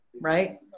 right